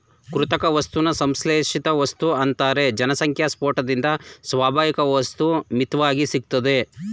ಕೃತಕ ವಸ್ತುನ ಸಂಶ್ಲೇಷಿತವಸ್ತು ಅಂತಾರೆ ಜನಸಂಖ್ಯೆಸ್ಪೋಟದಿಂದ ಸ್ವಾಭಾವಿಕವಸ್ತು ಮಿತ್ವಾಗಿ ಸಿಗ್ತದೆ